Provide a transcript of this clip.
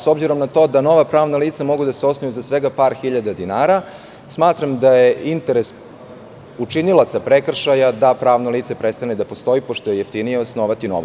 S obzirom na to da nova pravna lica mogu da se osnuju za svega par hiljada dinara, smatram da je interes učinilaca prekršaja da pravno lice prestane da postoji pošto je jeftinije osnovati novo.